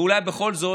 ואולי בכל זאת,